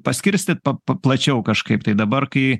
paskirstyti pa pa plačiau kažkaip tai dabar kai